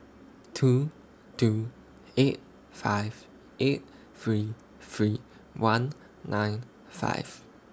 two two eight five eight three three one nine five